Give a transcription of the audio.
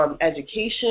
education